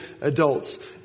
adults